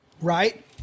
Right